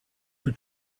for